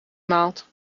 maalt